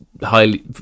highly